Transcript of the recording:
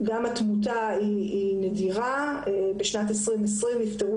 גם התמותה היא נדירה: בשנת 2020 נפטרו